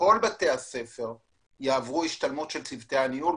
כל בתי הספר יעברו השתלמות של צוותי הניהול.